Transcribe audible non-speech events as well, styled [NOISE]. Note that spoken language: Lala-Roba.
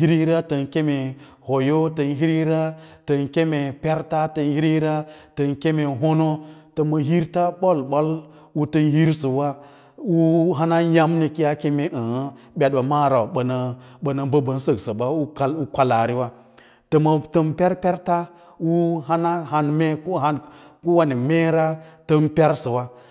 hir hira ran keme hoiyo, tan hira tan keme pert, tan hirta tan keme honi ta ma hirta boi-ɓoi u tan hirsawa uu hana yamni kiya kem aa batba maa rau [NOISE] ba ma mba an saksaban kwalaaviwa tans tan per perts u hana han mee u han kowane meera tan per sawa